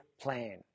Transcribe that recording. Plan